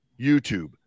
YouTube